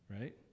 right